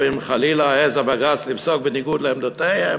אבל אם חלילה העז הבג"ץ לפסוק בניגוד לעמדותיהם,